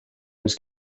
was